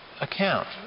account